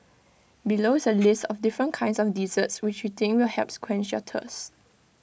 below is A list of different kinds of desserts which we think will help quench your thirst